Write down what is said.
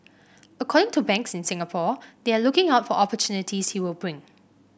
according to banks in Singapore they are looking out for opportunities he will bring